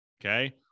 Okay